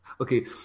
okay